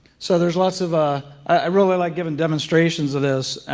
so there's lots of a, i really like giving demonstrations of this,